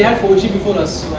yeah four g before us,